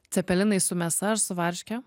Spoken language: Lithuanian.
cepelinai su mėsa ar su varške